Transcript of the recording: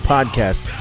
Podcast